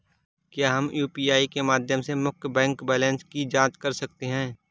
क्या हम यू.पी.आई के माध्यम से मुख्य बैंक बैलेंस की जाँच कर सकते हैं?